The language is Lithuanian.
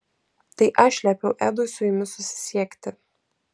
tai aš liepiau edui su jumis susisiekti